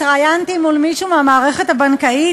התראיינתי מול מישהו מהמערכת הבנקאית,